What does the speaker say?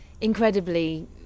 incredibly